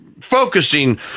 focusing